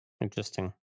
Interesting